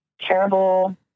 terrible